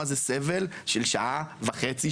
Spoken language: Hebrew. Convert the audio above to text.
מה זה סבל של שעה וחצי,